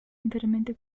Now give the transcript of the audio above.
interamente